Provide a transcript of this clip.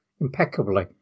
impeccably